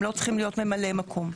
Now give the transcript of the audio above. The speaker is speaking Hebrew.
הם לא צריכים להיות ממלאי מקום.